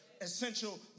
essential